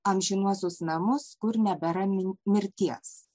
amžinuosius namus kur nebėra min mirties